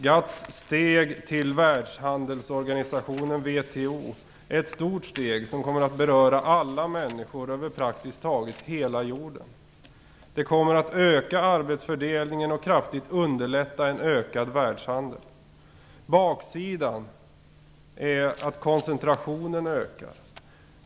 GATT:s steg till världshandelsorganisationen WTO är ett stort steg som kommer att beröra alla människor över praktiskt taget hela jorden. Det kommer att öka arbetsfördelningen och kraftigt underlätta en ökad världshandel. Baksidan är att koncentrationen ökar.